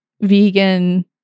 vegan